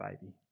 baby